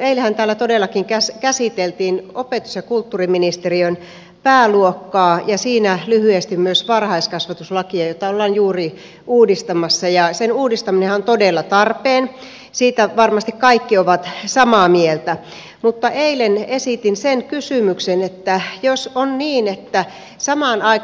eilenhän täällä todellakin käsiteltiin opetus ja kulttuuriministeriön pääluokkaa ja siinä lyhyesti myös varhaiskasvatuslakia jota ollaan juuri uudistamassa ja sen uudistaminenhan on todella tarpeen siitä varmasti kaikki ovat samaa mieltä mutta eilen esitin sen kysymyksen että